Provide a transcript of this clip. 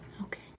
Okay